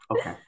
Okay